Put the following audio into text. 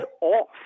off